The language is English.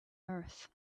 earth